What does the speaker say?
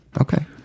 okay